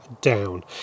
down